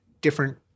different